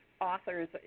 authors